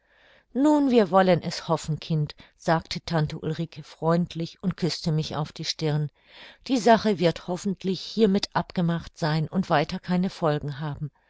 nun wir wollen es hoffen kind sagte tante ulrike freundlich und küßte mich auf die stirn die sache wird hoffentlich hiermit abgemacht sein und weiter keine folgen haben